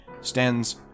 stands